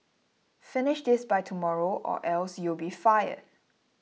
finish this by tomorrow or else you'll be fired